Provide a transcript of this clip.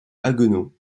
haguenau